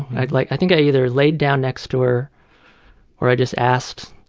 i like i think i either laid down next to her or i just asked,